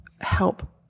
help